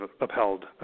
upheld